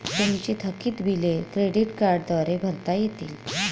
तुमची थकीत बिले क्रेडिट कार्डद्वारे भरता येतील